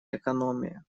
экономия